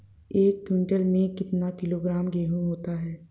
एक क्विंटल में कितना किलोग्राम गेहूँ होता है?